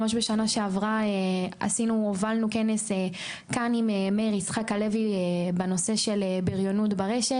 בשנה שעברה הובלנו כנס כאן עם מאיר יצחק הלוי בנושא של בריונות ברשת.